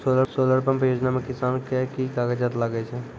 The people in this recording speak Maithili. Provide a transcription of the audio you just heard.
सोलर पंप योजना म किसान के की कागजात लागै छै?